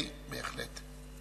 אוקיי, בהחלט.